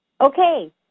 okay